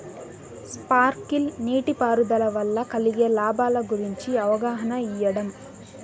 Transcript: Sprinkle నీటిపారుదల వల్ల కలిగే లాభాల గురించి అవగాహన ఇయ్యడం?